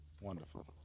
wonderful